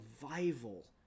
survival